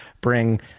bring